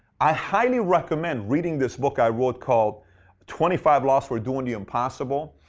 i highly recommend reading this book i wrote called twenty five laws for doing the impossible.